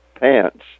pants